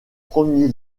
premier